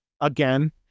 again